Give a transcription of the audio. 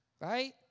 right